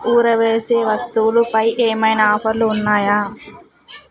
ఊరవేసే వస్తువులుపై ఏమైనా ఆఫర్లు ఉన్నాయా